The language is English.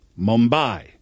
Mumbai